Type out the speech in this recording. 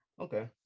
okay